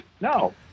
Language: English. No